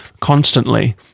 constantly